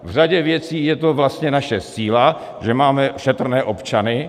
V řadě věcí je to vlastně naše síla, že máme šetrné občany.